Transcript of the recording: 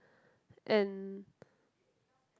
and